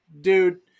dude